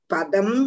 Padam